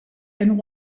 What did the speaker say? and